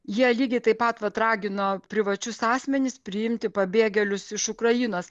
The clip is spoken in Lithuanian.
jie lygiai taip pat vat ragino privačius asmenis priimti pabėgėlius iš ukrainos